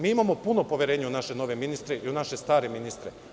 Mi imamo puno poverenja u naše nove ministre i u naše stare ministre.